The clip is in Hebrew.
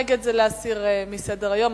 נגד: להסיר מסדר-היום.